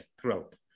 throughout